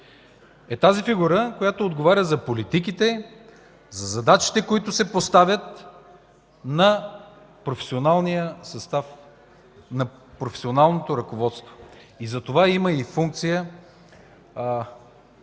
е тази фигура, която отговаря за политиките, за задачите, които се поставят на професионалния състав, на професионалното ръководство. Затова има и функция